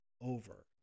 over